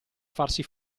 farsi